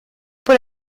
por